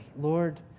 Lord